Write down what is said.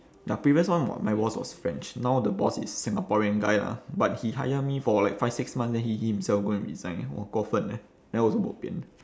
ya previous one my boss was french now the boss is singaporean guy lah but he hire me for like five six months then he he himself go and resign !wah! 过分 eh then I also bo pian